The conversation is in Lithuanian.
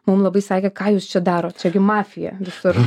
mum labai sakė ką jūs čia darot čia gi mafija visur